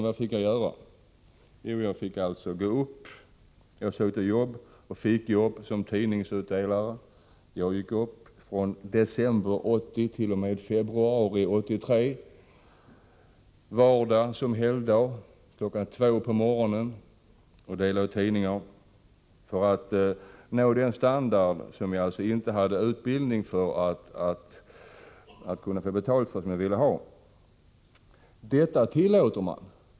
Vad gjorde jag då? Jo, jag sökte och fick jobb som tidningsutdelare. fr.o.m. december 1980 t.o.m. februari 1983 gick jag, vardag som helgdag, upp kl. 2 på morgonen och delade ut tidningar, för att nå den standard som jag ville ha men på grund av dålig utbildning inte kunde få.